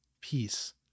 Peace